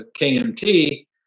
KMT